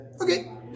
Okay